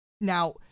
now